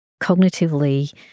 Cognitively